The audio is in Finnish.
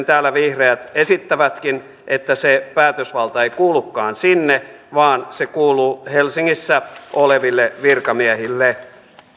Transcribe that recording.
täällä vihreät esittävätkin että se päätösvalta ei kuulukaan sinne vaan se kuuluu helsingissä oleville virkamiehille